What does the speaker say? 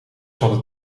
hadden